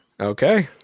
Okay